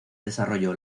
desarrolló